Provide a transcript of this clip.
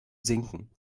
sinken